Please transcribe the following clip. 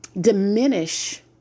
diminish